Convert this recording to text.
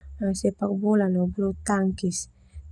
Sepak bola no bulu tangkis.